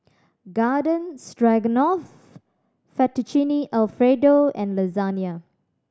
Garden Stroganoff Fettuccine Alfredo and Lasagne